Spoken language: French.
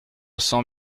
cents